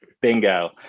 Bingo